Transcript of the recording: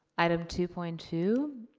item two point two,